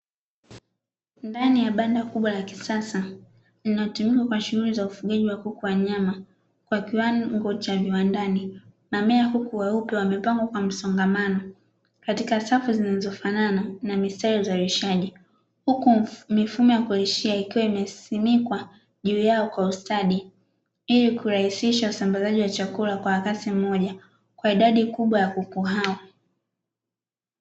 Ndani ya banda kubwa la kisasa linatumika kwa shughuli ufugaji wa kuku wanyama kwa kiwango cha kiwandani na mea kuku weupe wamepangwa kwa msongamano katika safu zinazo fanana na mistari ya uzalishaji, huku mifumo ya kuzalishia ikiwa imesimikwa juu yao kwa ustadi ilikurahisisha usambazaji wa chakula kwa wakati mmoja kwa idadi kubwa wa kuku hao.